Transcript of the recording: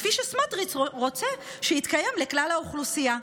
כפי שסמוטריץ' רוצה שיתקיים לכלל האוכלוסייה,